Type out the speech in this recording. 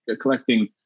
collecting